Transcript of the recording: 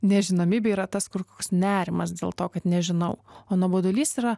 nežinomybė yra tas kur koks nerimas dėl to kad nežinau o nuobodulys yra